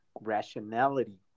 rationality